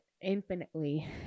infinitely